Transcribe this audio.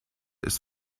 ist